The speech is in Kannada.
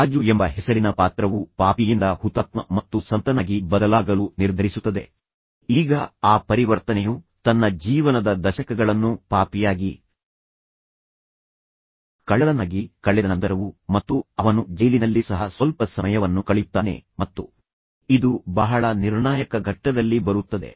ರಾಜು ಎಂಬ ಹೆಸರಿನ ಪಾತ್ರವು ಪಾಪಿಯಿಂದ ಹುತಾತ್ಮ ಮತ್ತು ಸಂತನಾಗಿ ಬದಲಾಗಲು ನಿರ್ಧರಿಸುತ್ತದೆ ಈಗ ಆ ಪರಿವರ್ತನೆಯು ತನ್ನ ಜೀವನದ ದಶಕಗಳನ್ನು ಪಾಪಿಯಾಗಿ ಕಳ್ಳನಾಗಿ ಕಳೆದ ನಂತರವೂ ಮತ್ತು ಅವನು ಜೈಲಿನಲ್ಲಿ ಸಹ ಸ್ವಲ್ಪ ಸಮಯವನ್ನು ಕಳೆಯುತ್ತಾನೆ ಮತ್ತು ಇದು ಬಹಳ ನಿರ್ಣಾಯಕ ಘಟ್ಟದಲ್ಲಿ ಬರುತ್ತದೆ